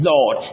Lord